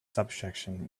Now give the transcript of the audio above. subsection